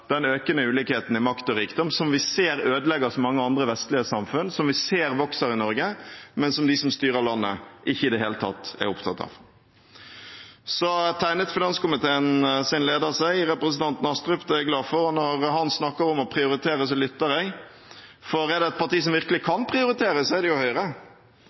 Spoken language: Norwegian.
den økende ulikheten i makt og rikdom som vi ser ødelegger så mange andre vestlige samfunn, og som vi ser vokser i Norge, men som de som styrer landet, ikke i det hele tatt er opptatt av. Så tegnet finanskomiteens leder, representanten Astrup, seg. Det er jeg glad for. Når han snakker om å prioritere, lytter jeg, for er det et parti som virkelig kan prioritere, er det Høyre.